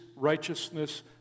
Righteousness